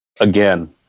again